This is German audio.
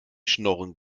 schnorren